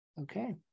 okay